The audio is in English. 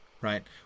right